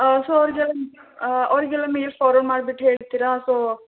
so ಅವರಿಗೆಲ್ಲ ಅವರಿಗೆಲ್ಲ mail forward ಮಾಡ್ಬಿಟ್ಟು ಹೇಳ್ತೀರಾ ಸೊ